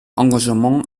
engagement